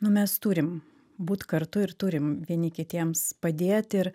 nu mes turim būt kartu ir turim vieni kitiems padėt ir